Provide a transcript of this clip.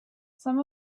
some